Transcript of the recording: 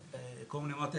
קוראים לי מוטי,